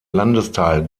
landesteil